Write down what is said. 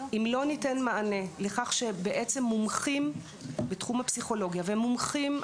אם לא ניתן מענה לכך שבעצם מומחים בתחום הפסיכולוגיה ומומחים,